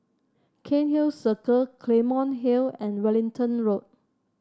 Cairnhill Circle Claymore Hill and Wellington Road